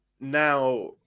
Now